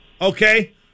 Okay